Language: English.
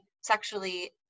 sexually